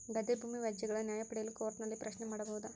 ಗದ್ದೆ ಭೂಮಿ ವ್ಯಾಜ್ಯಗಳ ನ್ಯಾಯ ಪಡೆಯಲು ಕೋರ್ಟ್ ನಲ್ಲಿ ಪ್ರಶ್ನೆ ಮಾಡಬಹುದಾ?